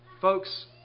Folks